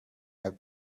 out